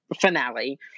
finale